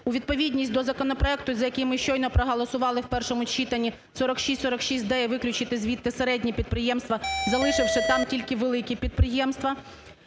у відповідність до законопроекту за який ми щойно проголосували в першому читанні, 4646 дає виключити звідти середні підприємства, залишивши там тільки великі підприємства.